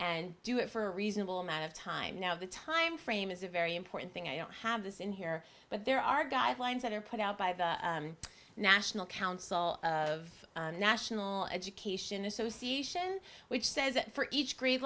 and do it for a reasonable amount of time now the time frame is a very important thing i don't have this in here but there are guidelines that are put out by the national council of the national education association which says that for each grade